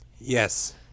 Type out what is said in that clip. Yes